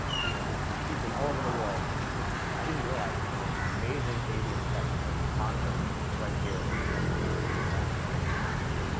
he'd he'd been all over the world. he said i didn't realize that the most amazing avian spectacle on earth is right here in my hometown, in my backyard in connecticut,